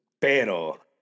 Pero